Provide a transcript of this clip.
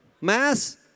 Mass